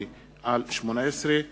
פ/1758/18.